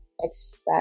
expect